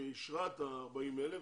היא אישרה את ה-40,000,